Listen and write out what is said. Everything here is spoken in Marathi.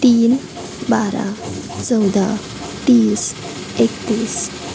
तीन बारा चौदा तीस एकतीस